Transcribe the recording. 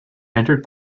entered